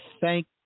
thank